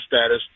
status